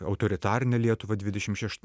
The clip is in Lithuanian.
autoritarine lietuva dvidešim šeš